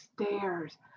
stairs